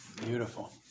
Beautiful